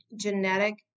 genetic